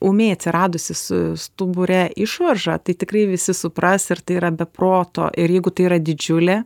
ūmiai atsiradusius stubure išvarža tai tikrai visi supras ir tai yra be proto ir jeigu tai yra didžiulė